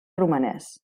romanès